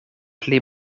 pli